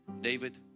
David